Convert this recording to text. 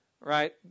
right